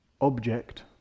object